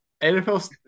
nfl